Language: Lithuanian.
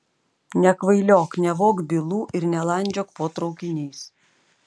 nekvailiok nevok bylų ir nelandžiok po traukiniais